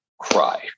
cry